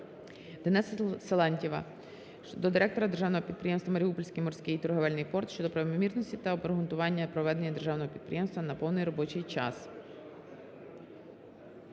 Дениса Силантьєва до директора Державного підприємства "Маріупольський морський торговельний порт" щодо правомірності та обґрунтування переведення державного підприємства на неповний робочий час.